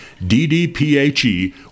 DDPHE